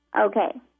okay